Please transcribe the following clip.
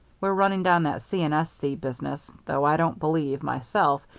we're running down that c. and s. c. business, though i don't believe, myself,